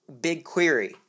BigQuery